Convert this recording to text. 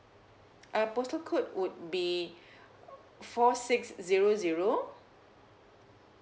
uh postal code would be four six zero zero